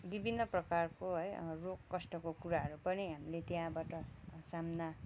विभिन्न प्रकारको है रोग कष्टको कुराहरू पनि हामीले त्यहाँबाट सामना